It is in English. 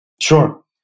Sure